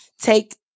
take